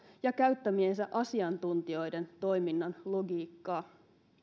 ja käyttämiensä asiantuntijoiden toiminnan logiikkaa